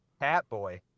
Catboy